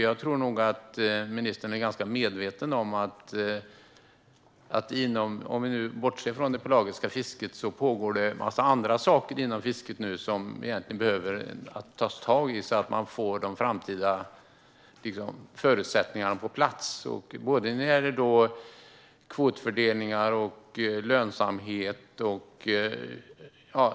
Jag tror att ministern är ganska medveten om att det, om vi bortser från det pelagiska fisket, pågår en massa andra saker inom fisket som man behöver ta tag i så att man får de framtida förutsättningarna på plats både vad gäller kvotfördelningar och lönsamhet.